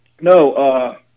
No